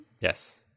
Yes